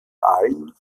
aalen